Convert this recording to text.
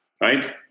right